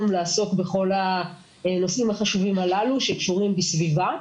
לעסוק בכל הנושאים החשובים הללו שקשורים בסביבה.